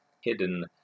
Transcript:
hidden